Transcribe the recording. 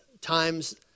times